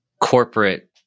corporate